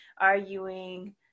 arguing